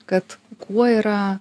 kad kuo yra